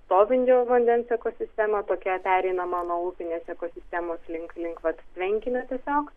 stovinčio vandens ekosistemą tokią pereinamą nuo upinės ekosistemos link link vat tvenkinio tiesiog